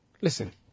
Listen